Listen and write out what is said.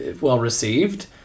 well-received